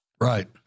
right